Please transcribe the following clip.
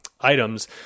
items